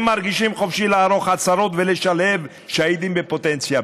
הם מרגישים חופשיים לערוך עצרות ולשלהב שהידים בפוטנציה.